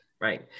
right